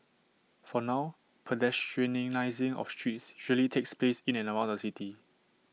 for now pedestrianising of trees usually takes place in and around the city